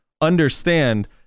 understand